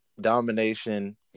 domination